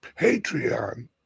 Patreon